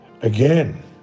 Again